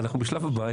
אנחנו בשלב הבעיות.